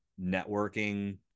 networking